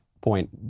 point